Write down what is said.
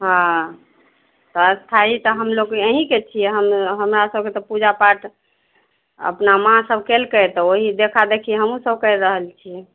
हँ तऽ स्थाइ तऽ हमलोग यहीके छियै हमरा सभके तऽ पूजा पाठ अपना माँसभ केलकय तऽ ओहि देखा देखी हमहुँसभ करि रहल छियै